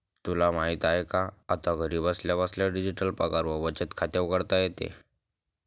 तुला माहित आहे का? आता घरी बसल्या बसल्या डिजिटल पगार व बचत खाते उघडता येते